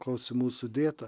klausimų sudėta